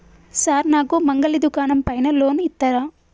Sir నాకు మంగలి దుకాణం పైన లోన్ ఇత్తరా?